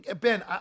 Ben